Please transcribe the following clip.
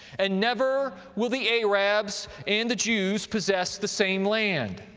and never will the arabs and the jews possess the same land.